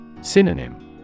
Synonym